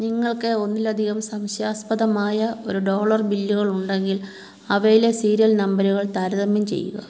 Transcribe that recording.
നിങ്ങൾക്ക് ഒന്നിലധികം സംശയാസ്പദമായ ഒരു ഡോളർ ബില്ലുകൾ ഉണ്ടെങ്കിൽ അവയിലെ സീരിയൽ നമ്പരുകൾ താരതമ്യം ചെയ്യുക